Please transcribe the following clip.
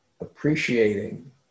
appreciating